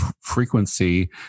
frequency